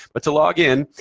but to log in,